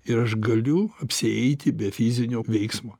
ir aš galiu apsieiti be fizinio veiksmo